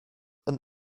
and